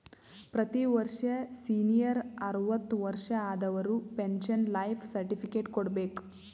ಪ್ರತಿ ವರ್ಷ ಸೀನಿಯರ್ ಅರ್ವತ್ ವರ್ಷಾ ಆದವರು ಪೆನ್ಶನ್ ಲೈಫ್ ಸರ್ಟಿಫಿಕೇಟ್ ಕೊಡ್ಬೇಕ